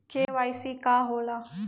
KYC का होला?